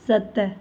सत